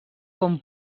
com